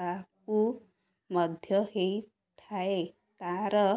ପାକୁ ମଧ୍ୟ ହୋଇଥାଏ ତାର